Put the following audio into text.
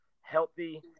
healthy